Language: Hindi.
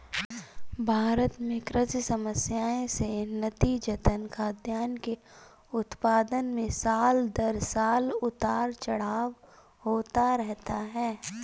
भारत में कृषि समस्याएं से नतीजतन, खाद्यान्न के उत्पादन में साल दर साल उतार चढ़ाव होता रहता है